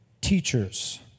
Teachers